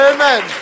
Amen